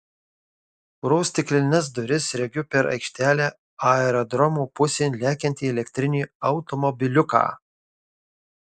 pro stiklines duris regiu per aikštelę aerodromo pusėn lekiantį elektrinį automobiliuką